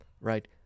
right